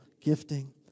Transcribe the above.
gifting